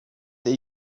that